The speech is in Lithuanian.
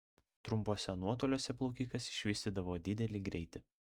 trumpuose nuotoliuose plaukikas išvystydavo didelį greitį